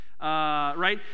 Right